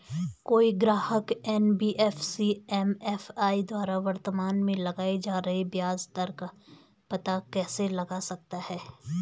कोई ग्राहक NBFC MFI द्वारा वर्तमान में लगाए जा रहे ब्याज दर का पता कैसे लगा सकता है?